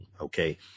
Okay